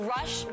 Rush